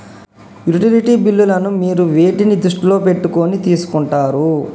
Utility బిల్లులను మీరు వేటిని దృష్టిలో పెట్టుకొని తీసుకుంటారు?